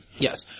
Yes